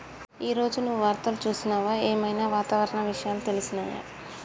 ఈ రోజు నువ్వు వార్తలు చూసినవా? ఏం ఐనా వాతావరణ విషయాలు తెలిసినయా?